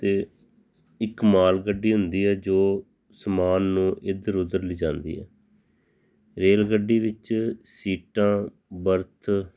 ਅਤੇ ਇੱਕ ਮਾਲ ਗੱਡੀ ਹੁੰਦੀ ਹੈ ਜੋ ਸਮਾਨ ਨੂੰ ਇੱਧਰ ਉੱਧਰ ਲਿਜਾਂਦੀ ਹੈ ਰੇਲ ਗੱਡੀ ਵਿੱਚ ਸੀਟਾਂ ਵਰਤ